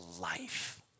life